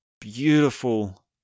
beautiful